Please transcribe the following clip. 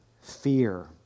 Fear